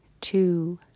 two